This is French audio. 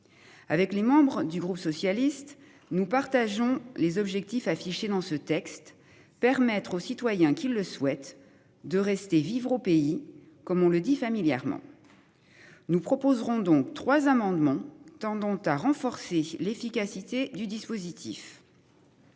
Avec les membres du groupe socialiste, nous partageons les objectifs affichés dans ce texte permettre aux citoyens qui le souhaitent de rester vivre au pays, comme on le dit familièrement. Nous proposerons donc trois amendements tendant à renforcer l'efficacité du dispositif.